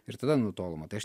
ir tada nutoloma tai aš